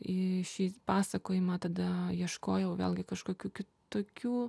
į šį pasakojimą tada ieškojau vėlgi kažkokių kitokių